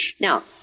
Now